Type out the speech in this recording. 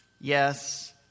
yes